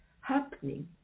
happening